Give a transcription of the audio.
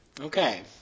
Okay